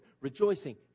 rejoicing